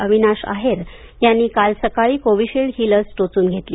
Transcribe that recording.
अविनाश आहेर यांनी काल सकाळी कोविशिल्ड ही लस टोचून घेतली